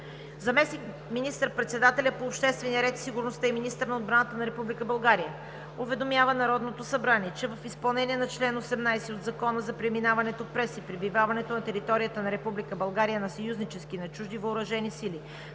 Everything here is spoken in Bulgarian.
Заместник министър-председателят по обществения ред и сигурността и министър на отбраната на Република България уведомява Народното събрание, че в изпълнение на чл. 18 от Закона за преминаването през и пребиваването на територията на Република България на съюзнически и на чужди въоръжени сили,